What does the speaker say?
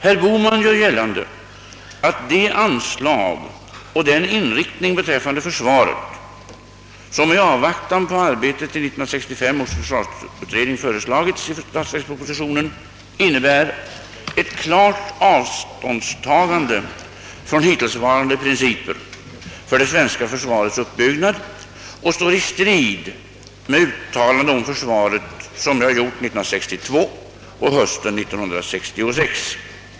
| Herr Bohman gör gällande att de anslag och den inriktning beträffande försvaret, som i avvaktan på arbetet i 19635 års försvarsutredning föreslagits i statsverkspropositionen, innebär ett klart avståndstagande från hittillsvarande principer för det svenska försvarets uppbyggnad och står i strid med uttalanden om försvaret som jag gjort 1962 och hösten 1966.